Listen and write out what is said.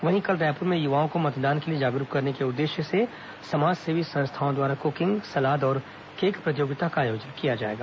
वहीं कल रायपुर में युवाओं को मतदान के लिए जागरूक करने के उद्देश्य से समाज सेवी संस्थाओं द्वारा कुकिंग सलाद और केक प्रतियोगिता का आयोजन किया जाएगा